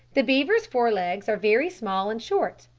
the beaver's fore-legs are very small and short,